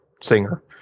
singer